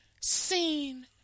seen